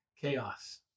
chaos